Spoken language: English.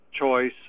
choice